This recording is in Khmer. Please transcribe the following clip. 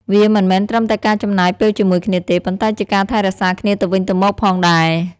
វាមិនមែនត្រឹមតែការចំណាយពេលជាមួយគ្នាទេ ប៉ុន្តែជាការថែរក្សាគ្នាទៅវិញទៅមកផងដែរ។